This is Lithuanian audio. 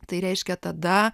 tai reiškia tada